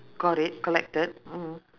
got it collected mm